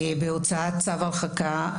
הוצאת צו הרחקה,